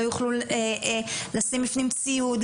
לא יוכלו לשים בפנים ציוד,